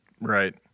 Right